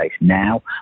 now